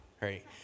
right